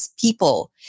people